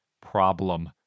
problem